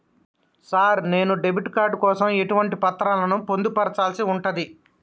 Sir నేను debit card కోసం ఎటువంటి పత్రాలను పొందుపర్చాల్సి ఉంటది?